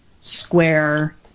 Square